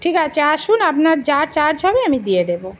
ঠিক আছে আসুন আপনার যা চার্জ হবে আমি দিয়ে দেবো